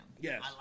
Yes